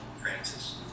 Francis